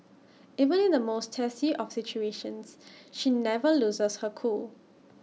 even in the most testy of situations she never loses her cool